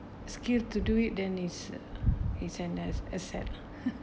skills to do it than it's an as asset